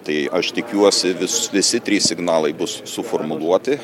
tai aš tikiuosi vis visi trys signalai bus suformuluoti